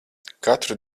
katru